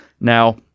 Now